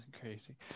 crazy